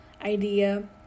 idea